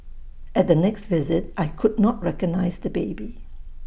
at the next visit I could not recognise the baby